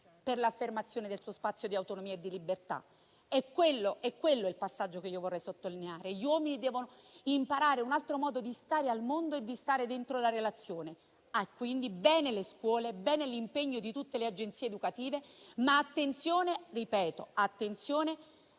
per l'affermazione del suo spazio di autonomia e di libertà. È quello il passaggio che vorrei sottolineare. Gli uomini devono imparare un altro modo di stare al mondo e di stare dentro la relazione. Quindi, bene le scuole, bene l'impegno di tutte le agenzie educative, ma attenzione a chi mandiamo